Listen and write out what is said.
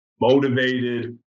motivated